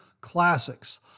Classics